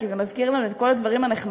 כי זה מזכיר לנו את כל הדברים הנחמדים